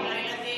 לילדים,